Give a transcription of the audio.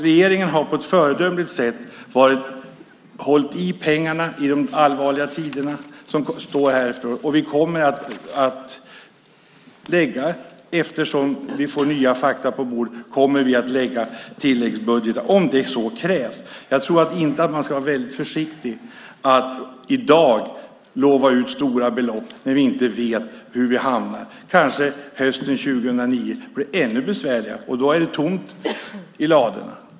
Regeringen har på ett föredömligt sätt hållit i pengarna i de allvarliga tiderna. Vi kommer allteftersom vi får nya fakta på bordet att lägga tilläggsbudgetar om så krävs. Jag tror att man ska vara väldigt försiktig med att i dag lova ut stora belopp när vi inte vet hur vi hamnar. Kanske hösten 2009 blir ännu besvärligare, och då är det tomt i ladorna.